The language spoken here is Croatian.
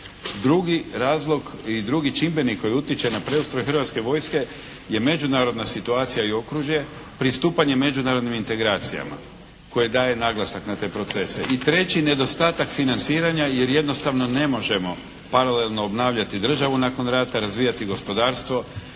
Drugi razlog ili drugi čimbenik koji utječe na preustroj hrvatske vojske je međunarodna situacija i okružje, pristupanje međunarodnim integracijama koje daje naglasak na te procese. I treći nedostatak je financiranje jer jednostavno ne možemo paralelno obnavljati državu nakon rata, razvijati gospodarstvo,